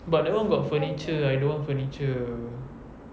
but that one got furniture I don't want furniture